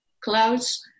clouds